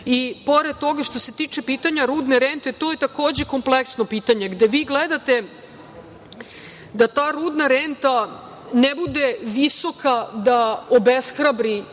nego fer. Što se tiče pitanja rudne rente, to je takođe kompleksno pitanje, gde vi gledate da ta rudna renta ne bude visoka, da obeshrabri